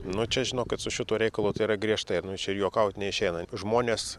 nu čia žinokit su šituo reikalu tai yra griežtai ir nu čia juokaut neišeina žmonės